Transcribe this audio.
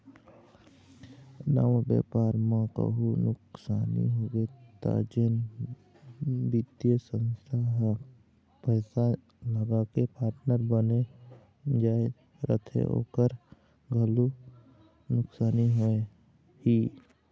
नवा बेपार म कहूँ नुकसानी होगे त जेन बित्तीय संस्था ह पइसा लगाके पार्टनर बन जाय रहिथे ओखर घलोक नुकसानी होही